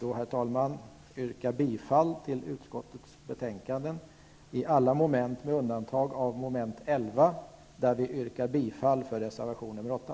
Jag yrkar bifall till utskottets betänkande i alla moment med undantag av mom. 11 där vi yrkar bifall till reservation 8.